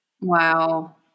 Wow